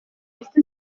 este